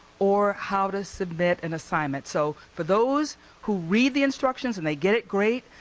or how to submit an assignment. so for those who read the instructions and they get it, great.